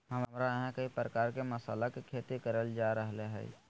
हमरा यहां कई प्रकार के मसाला के खेती करल जा रहल हई